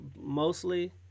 Mostly